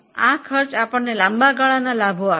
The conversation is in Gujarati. આ ખર્ચ આપણને લાંબા ગાળા સુધી લાભો આપશે